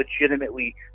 legitimately